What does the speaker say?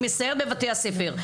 אני מסיירת בבתי הספר,